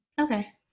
Okay